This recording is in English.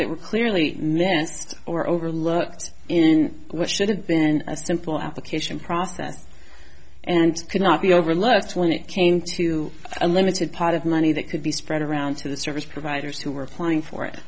that were clearly missed or overlooked in which should have been a simple application process and could not be overlooked when it came to a limited pot of money that could be spread around to the service providers who were applying for it